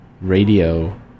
Radio